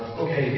okay